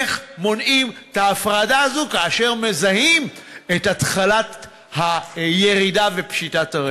איך מונעים את ההפרדה הזו כאשר מזהים את התחלת הירידה ופשיטת הרגל?